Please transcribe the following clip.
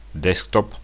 desktop